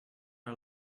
our